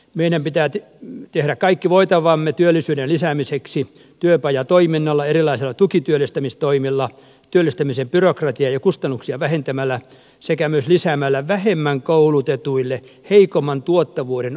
meidän pitää tehdä kaikki voitavamme työllisyyden lisäämiseksi työpajatoiminnalla erilaisilla tukityöllistämistoimilla työllistämisen byrokratiaa ja kustannuksia vähentämällä sekä myös lisäämällä vähemmän koulutetuille heikomman tuottavuuden omaavia työpaikkoja